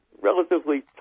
relatively